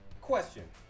Question